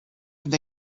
and